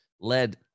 led